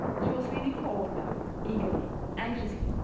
she was leaning forward now, eagerly, anxiously,